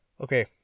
Okay